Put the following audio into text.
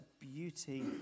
beauty